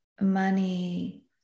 money